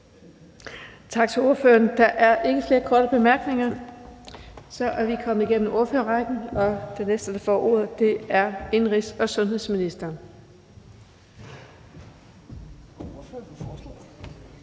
Tak til ordføreren. Der er ikke flere korte bemærkninger. Så er vi kommet igennem ordførerrækken. Den næste, der får ordet, er indenrigs- og sundhedsministeren.